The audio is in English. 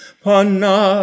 pana